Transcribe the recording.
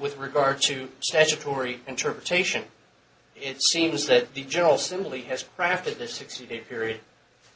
with regard to statutory interpretation it seems that the general simply has crafted the sixty day period